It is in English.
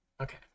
Okay